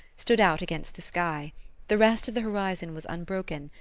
stood out against the sky the rest of the horizon was unbroken,